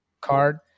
Card